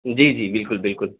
جی جی بالکل بالکل